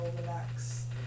relax